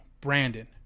brandon